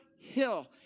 hill